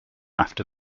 after